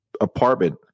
apartment